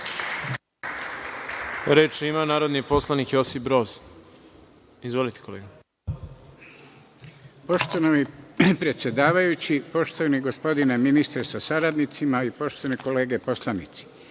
Reč ima narodni poslanik Josip Broz. Izvolite, kolega. **Josip Broz** Poštovani predsedavajući, poštovani gospodine ministre sa saradnicima i poštovane kolege poslanici,